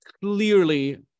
clearly